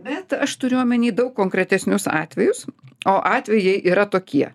bet aš turiu omeny daug konkretesnius atvejus o atvejai yra tokie